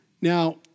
Now